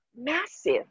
massive